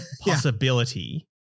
possibility